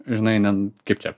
žinai nen kaip čia